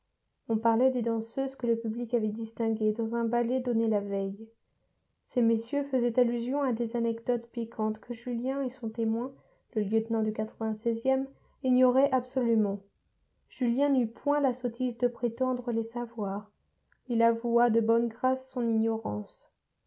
on parlait des danseuses que le public avait distinguées dans un ballet donné la veille ces messieurs faisaient allusion à des anecdotes piquantes que julien et son témoin le lieutenant du e ignoraient absolument julien n'eut point la sottise de prétendre les savoir il avoua de bonne grâce son ignorance